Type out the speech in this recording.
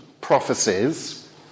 prophecies